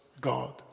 God